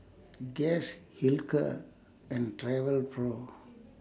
Guess Hilker and Travelpro